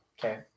Okay